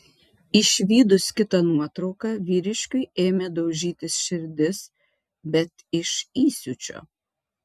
išvydus kitą nuotrauką vyriškiui ėmė daužytis širdis bet iš įsiūčio